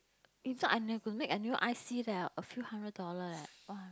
if not I got make a new I_C leh a few hundred dollars leh !wah!